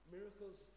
Miracles